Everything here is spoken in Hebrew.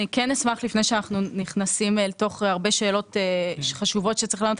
לפני שאנחנו נכנסים אל תוך הרבה שאלות חשובות שצריך לענות